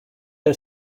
are